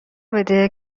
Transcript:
بده